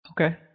Okay